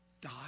die